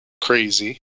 crazy